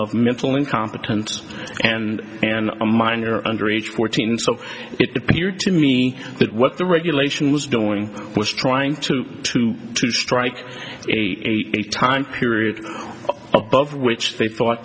of mental incompetent and and a minor under age fourteen so it appeared to me that what the regulation was doing was trying to to to strike a time period above which they thought